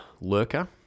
lurker